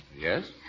Yes